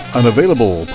unavailable